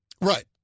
Right